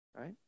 right